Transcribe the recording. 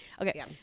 okay